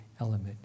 element